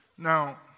Now